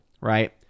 right